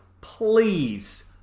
please